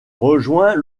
rejoint